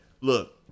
Look